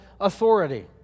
authority